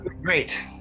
Great